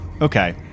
Okay